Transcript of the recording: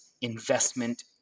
investment